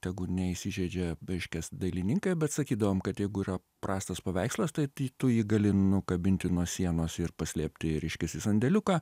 tegu neįsižeidžia reiškias dailininkai bet sakydavom kad jeigu yra prastas paveikslas tai tu tu jį gali nukabinti nuo sienos ir paslėpti reiškias į sandėliuką